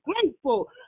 grateful